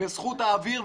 בזכות האוויר.